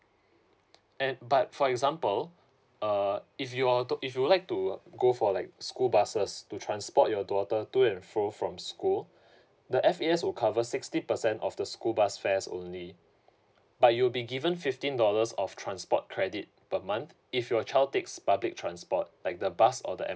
and but for example err if you auto~ if you'd like to go for like school buses to transport your daughter to and fro from school the F_A_S will cover sixty percent of the school bus fares only but you'll be given fifteen dollars of transport credit per month if your child takes public transport like the bus or the